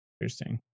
Interesting